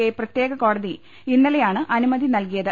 I പ്രത്യേക കോടതി ഇന്നലെയാണ് അനുമതി നൽകിയത്